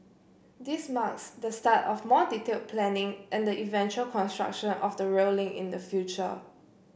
this marks the start of more detail planning and the eventual construction of the rail link in the future